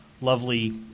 lovely